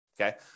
okay